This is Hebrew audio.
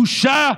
בושה.